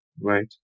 Right